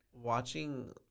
watching